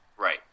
Right